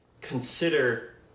consider